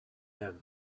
him